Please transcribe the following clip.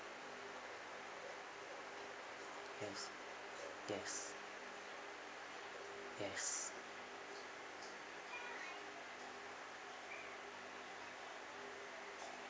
yes yes yes